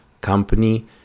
company